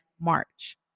March